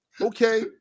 okay